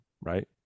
right